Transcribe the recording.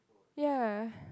ya